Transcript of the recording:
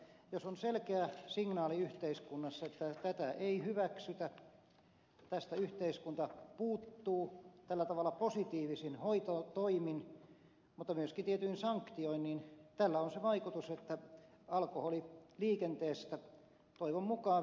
jos on selkeä signaali yhteiskunnassa että tätä ei hyväksytä tähän yhteiskunta puuttuu tällä tavalla positiivisin hoitotoimin mutta myöskin tietyin sanktioin niin tällä on se vaikutus että alkoholi liikenteestä toivon mukaan vähenisi